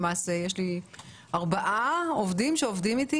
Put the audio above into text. למעשה יש לי ארבעה עובדים שעובדים איתי